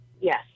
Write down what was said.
Yes